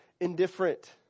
indifferent